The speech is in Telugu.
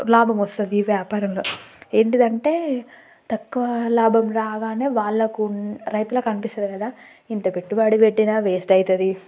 లాభం వస్తుంది ఈ వ్యాపారంలో ఏంటిదంటే తక్కువ లాభం రాగానే వాళ్ళకు రైతులకు అనిపిస్తుంది కదా ఇంత పెట్టుబడి పెట్టినా వేస్ట్ అవుతుంది